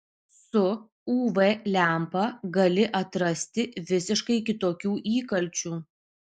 su uv lempa gali atrasti visiškai kitokių įkalčių